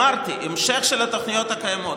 אמרתי, המשך של התוכניות הקיימות.